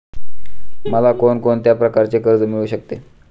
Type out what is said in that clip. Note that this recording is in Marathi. मला कोण कोणत्या प्रकारचे कर्ज मिळू शकते?